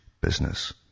business